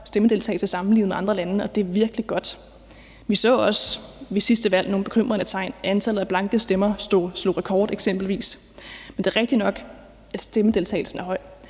stemmedeltagelse sammenlignet med andre lande, og det er virkelig godt. Vi så også ved sidste valg nogle bekymrende tegn. Antallet af blanke stemmer slog eksempelvis rekord. Det er rigtigt nok, at stemmedeltagelsen er høj,